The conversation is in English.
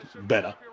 better